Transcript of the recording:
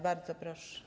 Bardzo proszę.